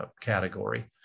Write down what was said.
category